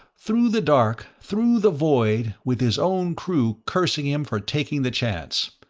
through the dark, through the void, with his own crew cursing him for taking the chance!